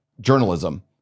journalism